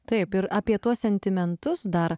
taip ir apie tuos sentimentus dar